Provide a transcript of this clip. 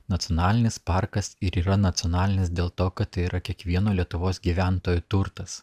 nacionalinis parkas ir yra nacionalinis dėl to kad yra kiekvieno lietuvos gyventojų turtas